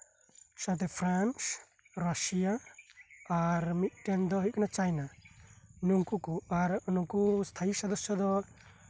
ᱥᱟᱶᱛᱮ France Russia ᱟᱨ ᱢᱤᱫ ᱴᱮᱱ ᱫᱚ ᱦᱳᱭᱳᱜ ᱠᱟᱱᱟ ᱪᱟᱭᱱᱟ ᱱᱩᱠᱩ ᱠᱚ ᱟᱨ ᱱᱩᱠᱩ ᱥᱛᱷᱟᱭᱤ ᱥᱚᱫᱚᱥᱥᱚ ᱫᱚ